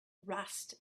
rust